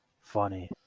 funny